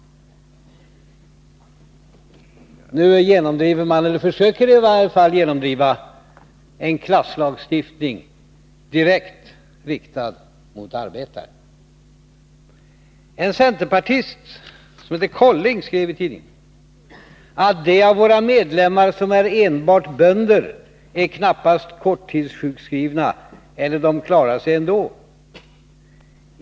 Nu genomdriver man -— eller försöker i varje fall genomdriva — en klasslagstiftning, direkt riktad mot arbetarna. En centerpartist som heter Colling skrev i en tidning: ”De av våra medlemmar som är enbart bönder är knappast korttidssjukskrivna, eller de klarar sig ändå.